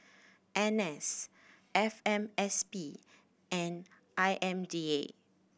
N S F M S P and I M D A